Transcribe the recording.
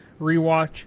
rewatch